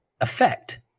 effect